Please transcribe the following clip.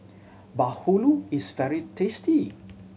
bahulu is very tasty